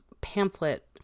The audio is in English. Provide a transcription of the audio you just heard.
pamphlet